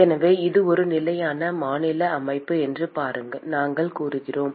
எனவே இது ஒரு நிலையான மாநில அமைப்பு என்று நாங்கள் கூறினோம்